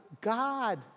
God